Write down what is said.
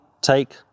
take